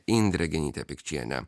indrė genytė pikčienė